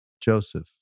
Joseph